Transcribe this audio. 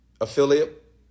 affiliate